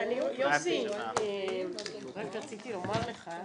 הישיבה ננעלה